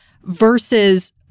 versus